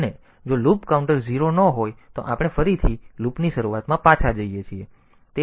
અને જો loop counter 0 ન હોય તો આપણે ફરીથી લૂપની શરૂઆતમાં પાછા જઈએ